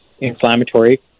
inflammatory